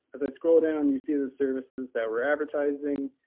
as i scroll down, you see the services that we're advertising.